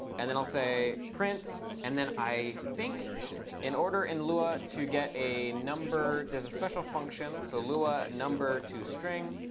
and then i'll say, print. and then i think in order in lua to get a number there's a special function. so lua number to string